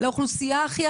לאוכלוסייה הכי,